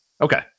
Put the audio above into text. Okay